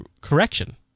correction